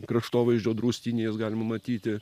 kraštovaizdžio draustiny jas galima matyti